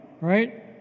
right